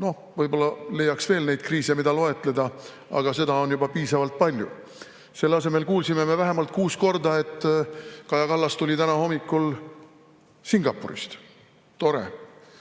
Noh, võib-olla leiaks veel neid kriise, mida loetleda, aga seda on juba piisavalt palju. Selle asemel kuulsime me vähemalt kuus korda, et Kaja Kallas tuli täna hommikul Singapurist. Tore!